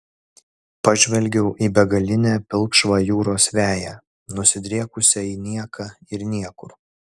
pažvelgiau į begalinę pilkšvą jūros veją nusidriekusią į nieką ir niekur